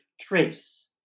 trace